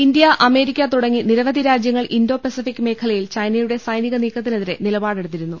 India America തുടങ്ങി നിരവധി രാജൃങ്ങൾ ഇന്തോ പെസഫിക് മേഖലയിൽ ചൈനയുടെ സൈനിക നീക്കത്തിനെതിരെ നില്പാടെടുത്തിരുന്നു